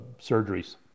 surgeries